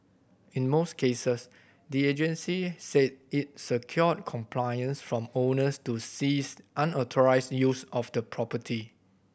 in most cases the agency said it secured compliance from owners to cease unauthorised use of the property